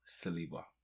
Saliba